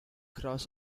cross